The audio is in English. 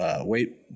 Wait